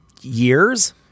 years